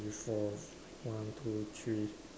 three four one two three